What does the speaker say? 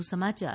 વધુ સમાચાર